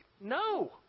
No